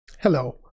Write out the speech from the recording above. Hello